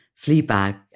Fleabag